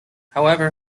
however